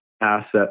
asset